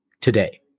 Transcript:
today